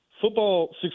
Football